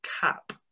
cap